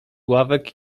ławek